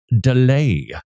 delay